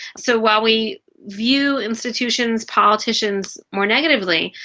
so while we view institutions, politicians more negatively,